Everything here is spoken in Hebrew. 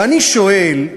ואני שואל,